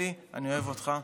אלי, אני אוהב אותך.